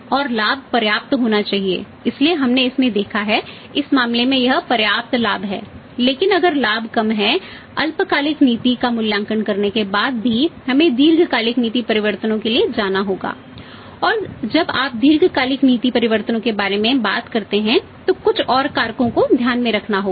और लाभ पर्याप्त होना चाहिए इसलिए हमने इसमें देखा है इस मामले में यह पर्याप्त लाभ है लेकिन अगर लाभ कम है अल्पकालिक नीति का मूल्यांकन करने के बाद भी हमें दीर्घकालिक नीति परिवर्तनों के लिए जाना होगा और जब आप दीर्घकालिक नीति परिवर्तनों के बारे में बात करते हैं तो कुछ और कारकों को ध्यान में रखना होगा